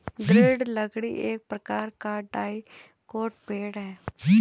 दृढ़ लकड़ी एक प्रकार का डाइकोट पेड़ है